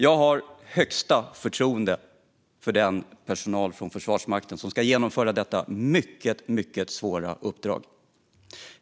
Jag har högsta förtroende för den personal från Försvarsmakten som ska genomföra detta mycket, mycket svåra uppdrag.